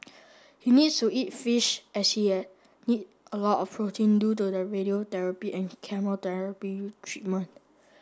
he needs to eat fish as she need a lot of protein due to the radiotherapy and chemotherapy treatment